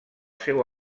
seu